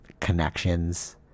connections